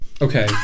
Okay